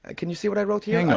and can you see what i wrote here?